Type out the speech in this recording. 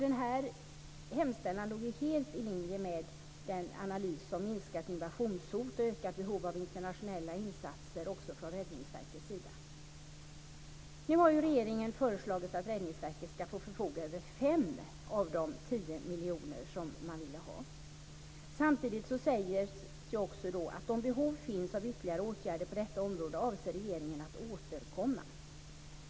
Denna hemställan låg helt i linje med den analys som visade på minskat invasionshot och ökat behov av internationella insatser, också från Nu har regeringen föreslagit att Räddningsverket skall få förfoga över 5 av de 10 miljoner som man ville använda. Samtidigt sägs också att om behov finns av ytterligare åtgärder på detta område avser regeringen att återkomma.